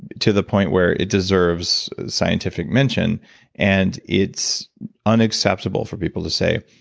to the point where it deserves scientific mention and it's unacceptable for people to say,